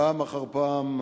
פעם אחר פעם,